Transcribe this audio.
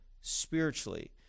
spiritually